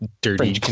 dirty